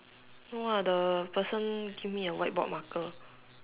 ya the person give me a whiteboard marker